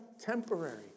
temporary